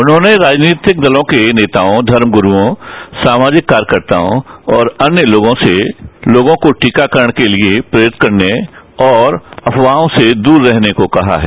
उन्होंने राजनीतिक दलों के नेतायों धर्मगुरुवों सामाजिक कार्यकर्ताओं और अन्य लोगों से लोगों को टीकाकरण के लिए प्रेरित करने और लोगों से अफवाहों से दूर रहने को कहा है